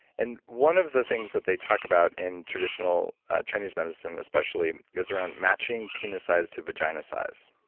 and one of the things that they talk about in traditional chinese medicine especially is around matching penis size to vagina size.